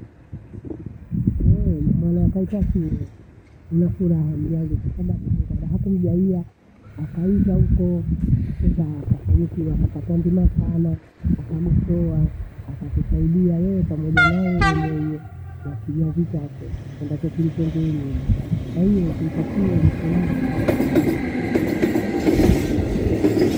Ehee, mwana akaika shule ninafuraha mzazi kwasababu mungu adaha kumjaia akaitwa huko. Kutoka akafanikiwa akapata ndima sana, akanipea. Atatusaidia wewe pamoja nae yeye na kizazi chakwe, endapo tuitengee nyuma. Kwahiyo isiitakie nisilaha sana tayari, nashukuru.